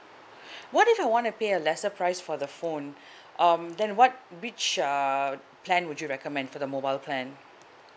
what if I wanna pay a lesser price for the phone um then what which uh plan would you recommend for the mobile plan